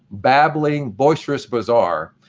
babbling boisterous bazaar,